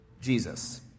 Jesus